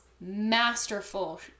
masterful